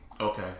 Okay